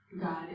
God